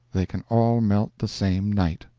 they can all melt the same night.